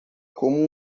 como